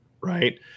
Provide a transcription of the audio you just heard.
right